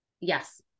Yes